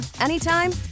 anytime